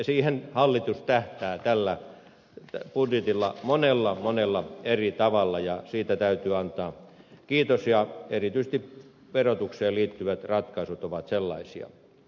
siihen hallitus tähtää tällä budjetilla monella monella eri tavalla ja siitä täytyy antaa kiitos ja erityisesti verotukseen liittyvät ratkaisut ovat sellaisia